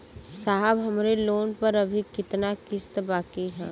साहब हमरे लोन पर अभी कितना किस्त बाकी ह?